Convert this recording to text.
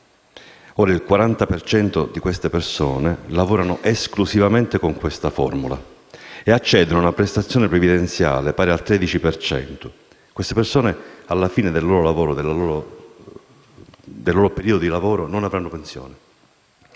per cento di queste persone lavora esclusivamente con questa formula e accede ad una prestazione previdenziale pari al 13 per cento. Queste persone, alla fine del loro periodo di lavoro, non avranno pensione.